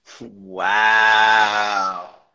Wow